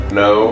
no